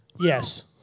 Yes